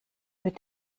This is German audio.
mit